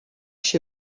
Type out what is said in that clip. się